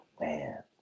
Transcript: Man